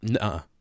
no